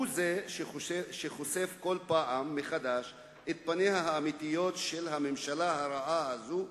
הוא זה שחושף כל פעם מחדש את פניה האמיתיות של הממשלה הרעה הזאת,